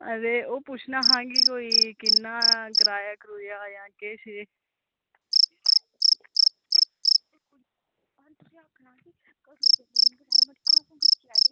तां ओह् पुच्छना हा की किन्ना किराया जां किश